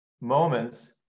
moments